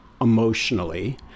emotionally